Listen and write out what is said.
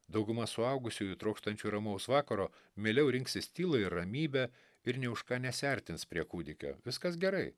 dauguma suaugusiųjų trokštančių ramaus vakaro mieliau rinksis tylą ir ramybę ir nė už ką nesiartins prie kūdikio viskas gerai